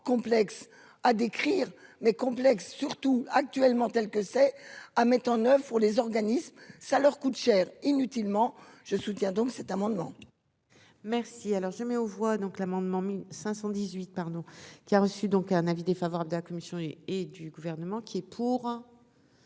complexes à décrire, mais complexe, surtout actuellement tels que c'est à mettre en oeuvre pour les organismes, ça leur coûte cher inutilement je soutiens donc cet amendement. Merci, alors je mets aux voix donc l'amendement 1518 pardon, qui a reçu, donc un avis défavorable de la commission et du gouvernement qui est pour.